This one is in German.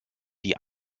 die